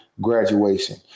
graduation